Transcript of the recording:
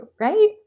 right